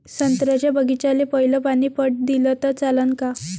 संत्र्याच्या बागीचाले पयलं पानी पट दिलं त चालन का?